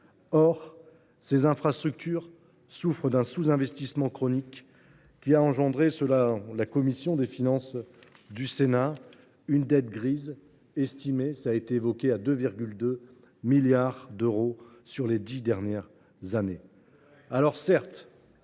Or ces infrastructures souffrent d’un sous investissement chronique qui a engendré, selon la commission des finances du Sénat, une dette grise estimée à 2,2 milliards d’euros sur les dix dernières années.